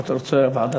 את רוצה להעביר את זה